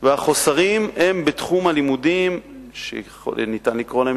והחסרים הם בתחום הלימודים שניתן לקרוא להם